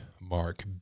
Mark